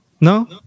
No